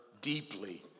deeply